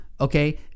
okay